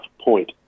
point